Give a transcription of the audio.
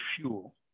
fuel